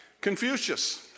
Confucius